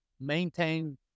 maintain